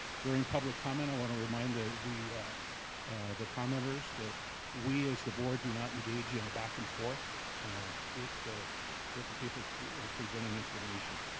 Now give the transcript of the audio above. during public comment, i wanna remind the the commmenters that we as the board do not engage in a back and forth with the with the people presenting information.